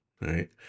right